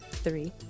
three